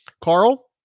Carl